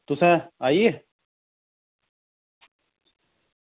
तुसें आई गे